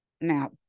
Now